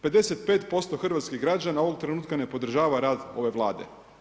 55% hrvatskih građana ovog trenutka ne podržava rad ove Vlade.